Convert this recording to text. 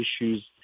issues